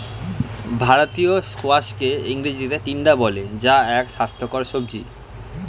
ভারতীয় স্কোয়াশকে ইংরেজিতে টিন্ডা বলে যা এক স্বাস্থ্যকর সবজি